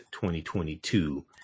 2022